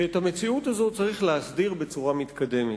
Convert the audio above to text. ואת המציאות הזאת צריך להסדיר בצורה מתקדמת.